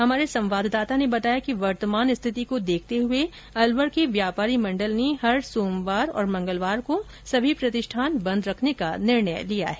हमारे संवाददाता ने बताया कि वर्तमान स्थिति को देखते हए अलवर के व्यापारी मंडल ने हर सोमवार और मंगलवार को सभी प्रतिष्ठान बंद रखने का निर्णय लिया है